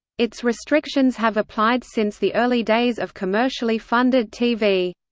its restrictions have applied since the early days of commercially funded tv.